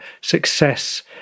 success